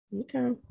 okay